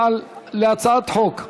על שירותים פיננסיים (קופות גמל) (תיקון,